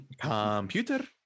computer